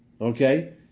okay